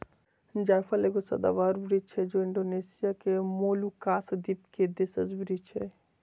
जायफल एगो सदाबहार वृक्ष हइ जे इण्डोनेशिया के मोलुकास द्वीप के देशज वृक्ष हइ